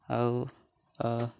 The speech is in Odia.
ଆଉ ଆ